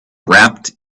wrapped